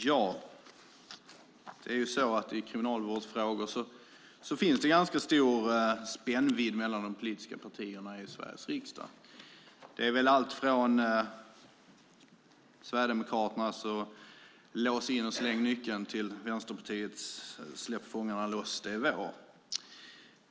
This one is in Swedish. Herr talman! I kriminalvårdsfrågor finns det ganska stor spännvidd mellan de politiska partierna i Sveriges riksdag. Det är allt från Sverigedemokraternas lås-in-och-släng-nyckeln till Vänsterpartiets släpp-fångarna-loss-det-är-vår.